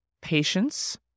patience